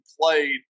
played